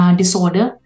disorder